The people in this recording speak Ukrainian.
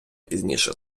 пізніше